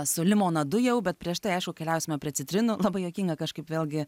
su limonadu jau bet prieš tai aišku keliausime prie citrinų labai juokinga kažkaip vėlgi